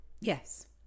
Yes